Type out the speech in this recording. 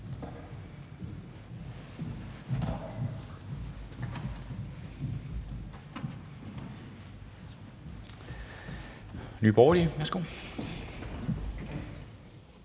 Nye Borgerlige. Værsgo.